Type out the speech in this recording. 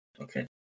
okay